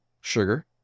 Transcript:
sugar